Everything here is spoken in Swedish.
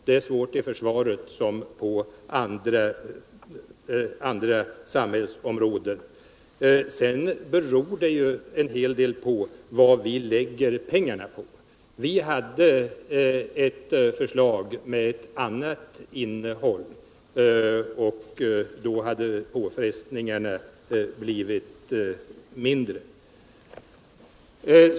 Det är svårt inom försvaret lika väl som på andra samhällsområden. Det beror också en hel del på vad man lägger pengarna på. Vi lade fram ett alternativt förslag, som innebar att påfrestningarna hade blivit mindre.